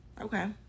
Okay